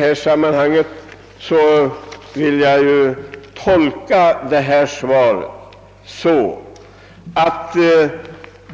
Jag vill tolka svaret så, att